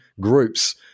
groups